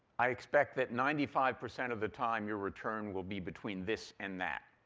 i expect that ninety five percent of the time your return will be between this and that.